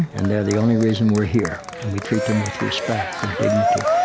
and they're the only reason we're here. and we treat them with respect and dignity.